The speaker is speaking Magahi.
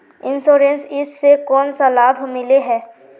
इंश्योरेंस इस से कोन सा लाभ मिले है?